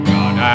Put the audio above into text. God